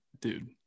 dude